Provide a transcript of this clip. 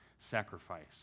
Sacrifice